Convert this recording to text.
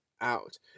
out